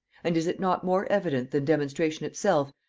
and is it not more evident than demonstration itself,